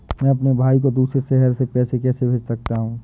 मैं अपने भाई को दूसरे शहर से पैसे कैसे भेज सकता हूँ?